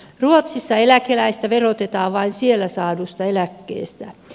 ruotsissa eläkeläistä verotetaan vain siellä saadusta eläkkeestä